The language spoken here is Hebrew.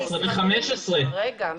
2014 ו-2015 תקנים מאגף התקציבים במסגרת --- רגע,